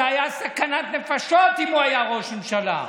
זאת הייתה סכנת נפשות אם הוא היה ראש ממשלה.